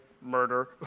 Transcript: murder